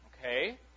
okay